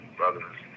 brothers